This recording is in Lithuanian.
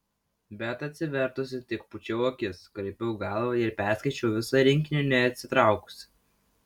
bet atsivertusi tik pūčiau akis kraipiau galvą ir perskaičiau visą rinkinį neatsitraukusi